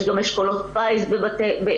יש גם אשכולות פיס ברשויות.